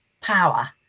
power